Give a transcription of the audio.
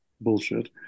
bullshit